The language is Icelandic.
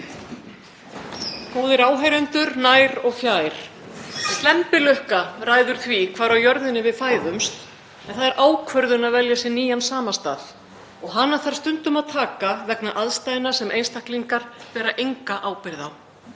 Góðir áheyrendur, nær og fjær. Slembilukka ræður því hvar á jörðinni við fæðumst en það er ákvörðun að velja sér nýjan samastað og hana þarf stundum að taka vegna aðstæðna sem einstaklingarnir bera enga ábyrgð á;